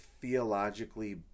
theologically